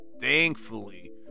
thankfully